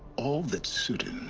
all that's certain.